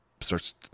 starts